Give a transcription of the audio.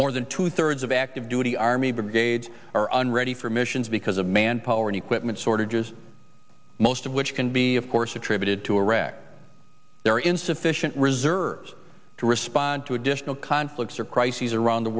more than two thirds of active duty army brigades are on ready for missions because of manpower and equipment shortages most of which can be of course attributed to iraq there are insufficient reserves to respond to additional conflicts or crises around the